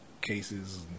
cases